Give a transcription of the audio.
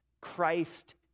Christ